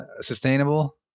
sustainable